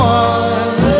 one